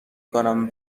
کنم